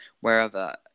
wherever